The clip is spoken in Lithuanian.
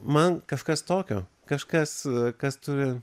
man kažkas tokio kažkas kas turi